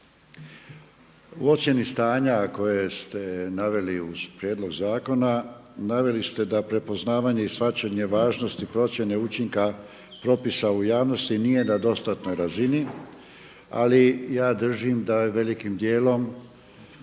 U ocjeni stanja koje ste naveli uz prijedlog zakona, naveli ste da prepoznavanje i shvaćanje važnosti procjene učinka propisa u javnosti nije na dostatnoj razini, ali ja držim da je velikim dijelom